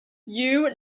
you